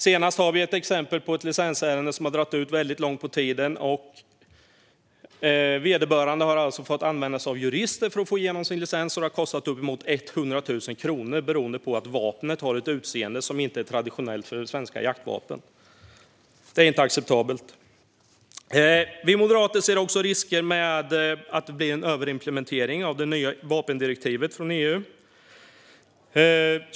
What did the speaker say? Det senaste exemplet är ett licensärende som har dragit ut väldigt långt på tiden. Vederbörande har fått använda sig av jurister för att få igenom sin licens, vilket har kostat uppemot 100 000 kronor, beroende på att vapnet har ett utseende som inte är traditionellt för svenska jaktvapen. Det är inte acceptabelt. Vi moderater ser också en risk för att det blir en överimplementering av det nya vapendirektivet från EU.